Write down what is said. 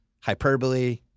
hyperbole